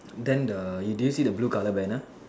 then the do you see the blue colour banner